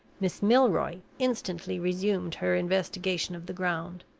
miss milroy instantly resumed her investigation of the ground.